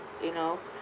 you know